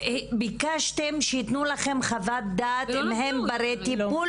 וביקשתם שייתנו לכם חוות דעת אם הם ברי טיפול,